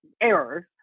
errors